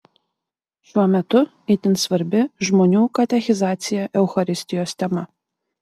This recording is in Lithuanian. šiuo metu itin svarbi žmonių katechizacija eucharistijos tema